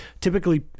typically